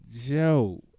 Joe